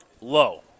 Low